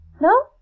No